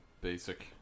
basic